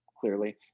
clearly